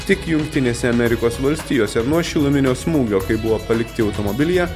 tik jungtinėse amerikos valstijose nuo šiluminio smūgio kai buvo palikti automobilyje